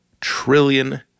trillion